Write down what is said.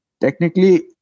technically